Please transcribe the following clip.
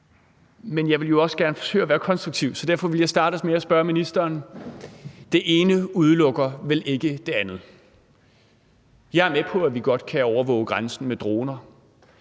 men jeg vil jo også gerne forsøge at være konstruktiv, så derfor vil jeg starte med at spørge ministeren, om noget: Det ene udelukker vel ikke det andet. Jeg er med på, at vi godt kan overvåge grænsen med droner.